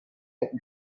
like